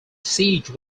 siege